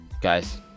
Guys